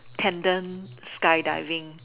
tandem skydiving